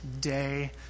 day